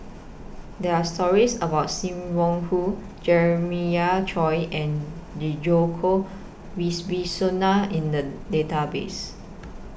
There Are stories about SIM Wong Hoo Jeremiah Choy and Djoko in The Database